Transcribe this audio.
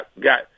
got –